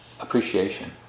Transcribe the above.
appreciation